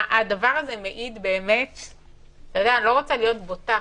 אני לא רוצה להיות בוטה,